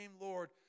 Lord